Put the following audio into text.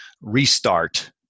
restart